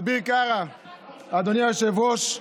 אדוני היושב-ראש,